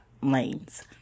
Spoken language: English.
lanes